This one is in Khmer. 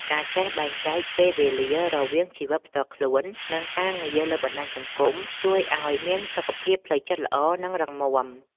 ការចេះបែងចែកពេលវេលារវាងជីវិតផ្ទាល់ខ្លួននិងការងារលើបណ្តាញសង្គមជួយឱ្យមានសុខភាពផ្លូវចិត្តល្អនិងរឹងមាំ។